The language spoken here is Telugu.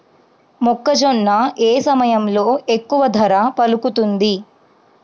మొక్కజొన్న ఏ సమయంలో ఎక్కువ ధర పలుకుతుంది?